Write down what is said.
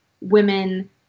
women